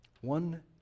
One